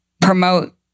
promote